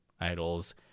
idols